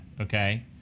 okay